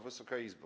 Wysoka Izbo!